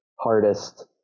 hardest